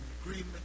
agreement